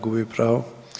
Gubi pravo.